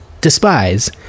despise